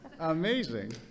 amazing